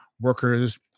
workers